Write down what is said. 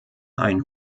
einen